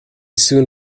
soon